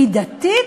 מידתית,